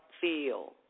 feel